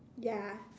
ya